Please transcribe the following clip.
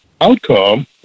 outcome